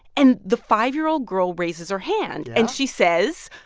and the five year old girl raises her hand, and she says